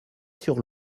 sur